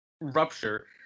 rupture